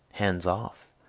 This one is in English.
hands off!